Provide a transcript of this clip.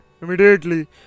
immediately